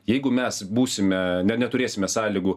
jeigu mes būsime ne neturėsime sąlygų